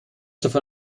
davon